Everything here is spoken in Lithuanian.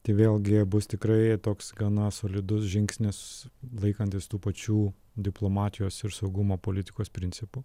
tai vėlgi bus tikrai toks gana solidus žingsnis laikantis tų pačių diplomatijos ir saugumo politikos principų